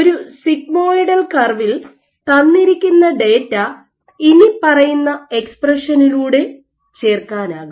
ഒരു സിഗ്മോയിഡൽ കർവിൽ തന്നിരിക്കുന്ന ഡാറ്റ ഇനിപ്പറയുന്ന എക്സ്പ്രഷനിലൂടെ ചേർക്കാനാകും